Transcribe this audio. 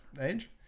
age